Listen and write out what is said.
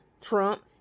Trump